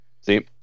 See